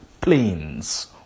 planes